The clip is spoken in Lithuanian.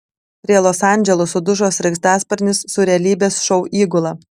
prie los andželo sudužo sraigtasparnis su realybės šou įgula